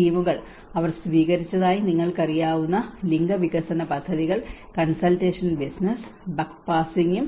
സ്കീമുകൾ അവർ സ്വീകരിച്ചതായി നിങ്ങൾക്കറിയാവുന്ന ലിംഗ വികസന പദ്ധതികൾ കൺസൾട്ടേഷൻ ബിസിനസ്സ് തുടർച്ച ബക്ക് പാസിംഗും